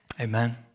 Amen